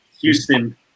Houston